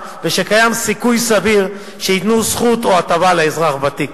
ושקיים סיכוי סביר שייתנו זכות או הטבה לאזרח ותיק.